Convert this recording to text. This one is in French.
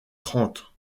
trente